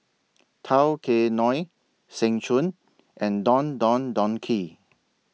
Tao Kae Noi Seng Choon and Don Don Donki